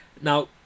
now